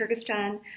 Kyrgyzstan